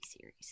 series